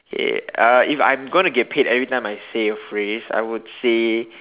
okay uh if I'm going to get paid every time I say a phrase I would say